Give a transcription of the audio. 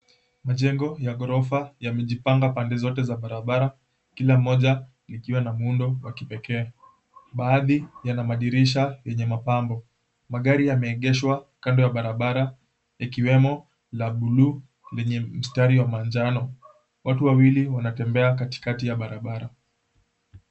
Majengo ya ghorofa yamejipanga pande zote za barabara kila moja likiwa na muundo wa kipekee. Baadhi yana madirisha yenye mapambo. Magari yameegeshwa kando ya barabara yakiwemo la buluu lenye mstari wa manjano. Watu wawili wanatembea katikati ya barabara.